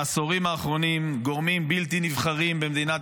בעשורים האחרונים גורמים בלתי נבחרים במדינת